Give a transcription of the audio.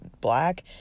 black